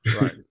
Right